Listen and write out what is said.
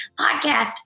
podcast